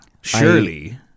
Surely